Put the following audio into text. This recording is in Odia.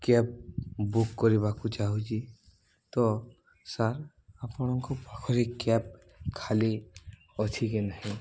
କ୍ୟାବ୍ ବୁକ୍ କରିବାକୁ ଚାହୁଁଛି ତ ସାର୍ ଆପଣଙ୍କ ପାଖରେ କ୍ୟାବ୍ ଖାଲି ଅଛି କି ନାହିଁ